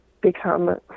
become